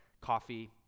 Coffee